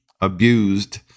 abused—